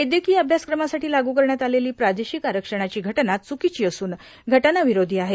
वैद्यस्त्रीय अम्यासक्रमासाठी लागु करण्यात आलेली प्रादेशिक आरखणाची घटना चुक्वीची असून घटनाविरोषी आहे